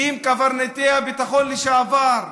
עם קברניטי הביטחון לשעבר,